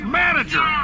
manager